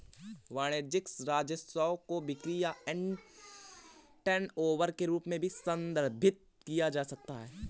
वाणिज्यिक राजस्व को बिक्री या टर्नओवर के रूप में भी संदर्भित किया जा सकता है